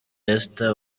esther